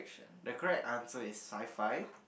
the correct answer is sci fi